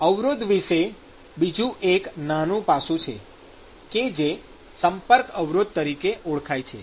અવરોધ વિશે બીજું એક નાનું પાસું છે કે જે સંપર્ક અવરોધ તરીકે ઓળખાય છે